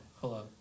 hello